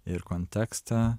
ir kontekstą